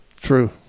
True